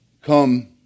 Come